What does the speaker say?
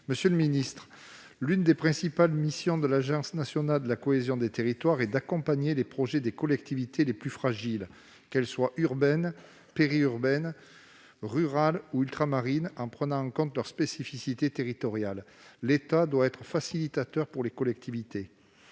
Monsieur le secrétaire d'État, l'une des principales missions de l'Agence nationale de la cohésion des territoires est d'accompagner les projets des collectivités les plus fragiles, que celles-ci soient urbaines, périurbaines, rurales ou ultramarines, en prenant en compte leurs spécificités territoriales. L'État doit être facilitateur pour les collectivités.